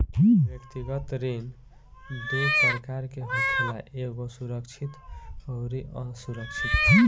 व्यक्तिगत ऋण दू प्रकार के होखेला एगो सुरक्षित अउरी असुरक्षित